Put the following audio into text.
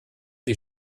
die